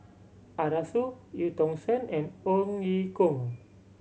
Arasu Eu Tong Sen and Ong Ye Kung